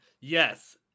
Yes